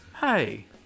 hey